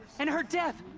and her death.